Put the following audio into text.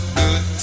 good